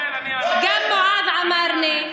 גם מועאז עמארנה,